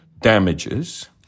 damages